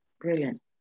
Brilliant